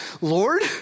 Lord